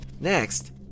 Next